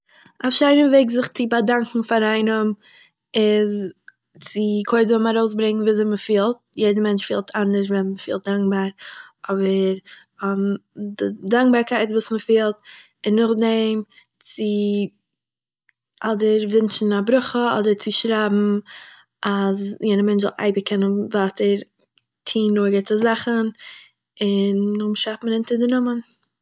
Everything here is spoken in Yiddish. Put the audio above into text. א שיינע וועג ווי איך טוה באדאנקען פאר איינעם איז צו קודם ארויסברענגען וויאזוי מ'פילט, יעדער מענטש פילט אנדערש ווען מ'פילט דאנקבאר אבער, דאנקבארקייט וואס מ'פילט און נאכדעם צו אדער ווינטשן א ברכה אדער צו שרייבן אז יענע מענטש זאל אייביג קענען ווייטער טוהן נאר גוטע זאכן און נארדעם שרייבט מען אונטער דעם נאמען